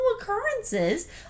occurrences